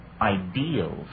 ideals